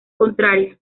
contraria